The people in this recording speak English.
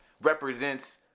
represents